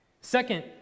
Second